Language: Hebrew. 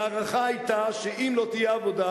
וההערכה היתה שאם לא תהיה עבודה,